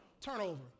Turnover